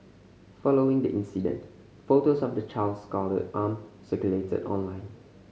following the incident photos of the child's scalded arm circulated online